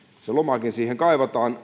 se lomakin siihen kaivataan